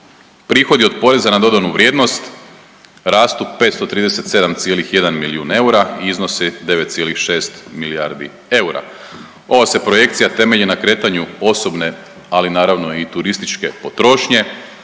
Prihodi od poreza na dodanu vrijednost rastu 537,1 milijun eura i iznosi 9,6 milijardi eura. Ova se projekcija temelji na kretanju osobne, ali naravno i turističke potrošnje,